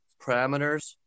parameters